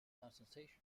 consultation